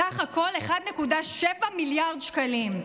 ובסך הכול 1.7 מיליארד שקלים.